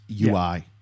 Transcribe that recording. UI